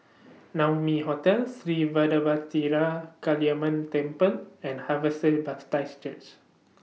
Naumi Hotel Sri Vadapathira Kaliamman Temple and Harvester Baptist Church